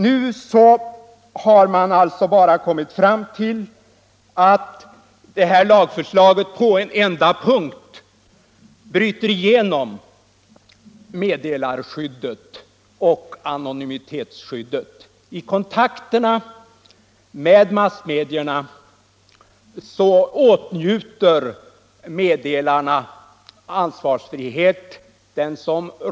Nu har man alltså kommit fram till att det här lagförslaget bara på en enda punkt bryter igenom meddelarskyddet och anonymitetsskyddet. I kontakterna med massmedierna åtnjuter meddelarna ansvarsfrihet.